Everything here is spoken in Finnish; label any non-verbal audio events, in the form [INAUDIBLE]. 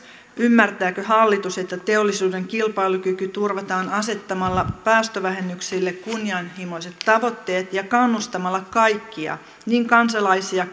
ymmärtääkö hallitus että teollisuuden kilpailukyky turvataan asettamalla päästövähennyksille kunnianhimoiset tavoitteet ja kannustamalla kaikkia niin kansalaisia [UNINTELLIGIBLE]